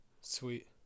sweet